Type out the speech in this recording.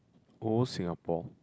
old Singapore